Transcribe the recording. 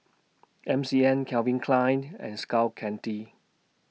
M C N Calvin Klein and Skull Candy